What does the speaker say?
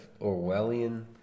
Orwellian